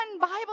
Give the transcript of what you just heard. Bible